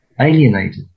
alienated